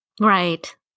Right